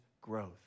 growth